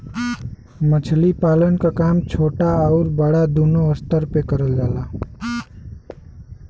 मछली पालन क काम छोटा आउर बड़ा दूनो स्तर पे करल जाला